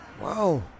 Wow